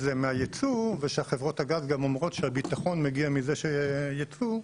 זה מהייצוא ושחברות הגז גם אומרות שהביטחון מגיע מזה שיהיה ייצוא,